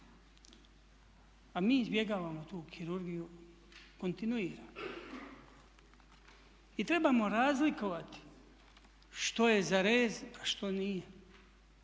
A mi izbjegavamo tu kirurgiju kontinuirano. I trebamo razlikovati što je za rez, a što nije.